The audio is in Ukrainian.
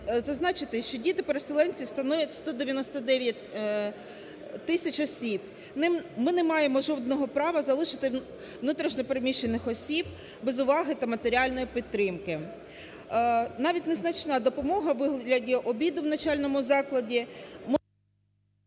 що діти-переселенці становлять 199 тисяч осіб. Ми не маємо жодного права залишити внутрішньо переміщених осіб без уваги та матеріальної підтримки. Навіть незначна допомога у вигляді обіду в навчальному закладі…